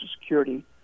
Security